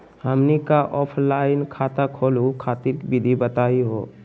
हमनी क ऑफलाइन खाता खोलहु खातिर विधि बताहु हो?